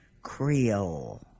Creole